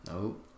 Nope